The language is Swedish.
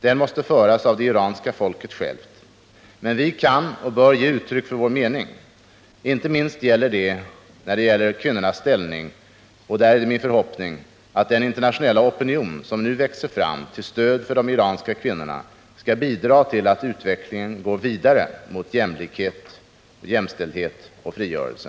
Den måste föras av det iranska folket självt. Men vi kan och bör ge uttryck för vår mening. Inte minst när det gäller kvinnornas ställning är det min förhoppning att den internationella opinion som nu växer fram till stöd för de iranska kvinnorna skall bidra till att utvecklingen går vidare mot jämlikhet, jämställdhet och frigörelse.